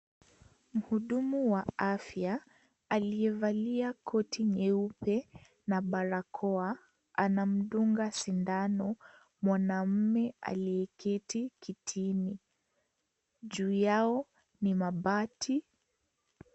Mhudumu wa afya aliyevalia koti nyeupe na barakoa anamdunga sindano mwanaume aliyeketi kitini, juu yao ni mabati.